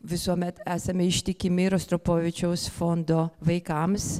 visuomet esame ištikimi rostropovičiaus fondo vaikams